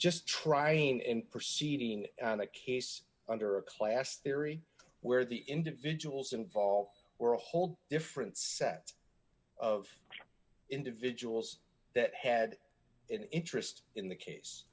just trying in perceiving the case under a class theory where the individuals involved were a whole different set of individuals that had an interest in the case